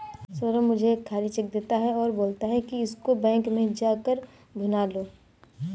सौरभ मुझे एक खाली चेक देता है और बोलता है कि इसको बैंक में जा कर भुना लो